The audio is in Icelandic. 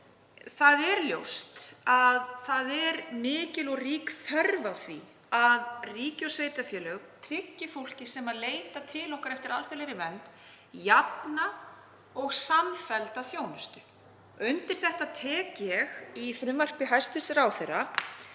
Það er ljóst að mikil og rík þörf er á því að ríki og sveitarfélög tryggi fólki sem leitar til okkar eftir alþjóðlegri vernd jafna og samfellda þjónustu. Undir þetta tek ég í frumvarpi hæstv. ráðherra